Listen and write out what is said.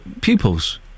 pupils